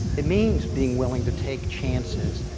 it means being willing to take chances,